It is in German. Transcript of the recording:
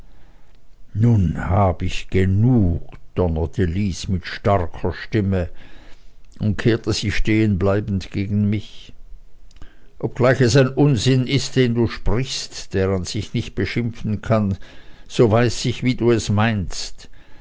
nun hab ich genug donnerte lys mit starker stimme und kehrte sich stehenbleibend gegen mich obgleich es ein unsinn ist den du sprichst der an sich nicht beschimpfen kann so weiß ich wie du es meinst